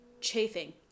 chafing